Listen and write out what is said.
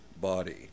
body